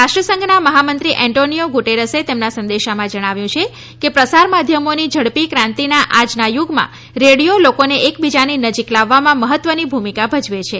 રાષ્ટ્રસંઘના મહામંત્રી એન્ટોની ગુટેરસે તેમના સંદેશામાં જણાવ્યું છે કે પ્રસાર માધ્યમોની ઝડપી ક્રાંતિના આજના યુગમાં રેડિયો લોકોને એકબીજાની નજીક લાવવામાં મહત્વની ભૂમિકા ભજવે છે